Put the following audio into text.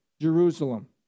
Jerusalem